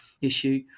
issue